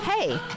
Hey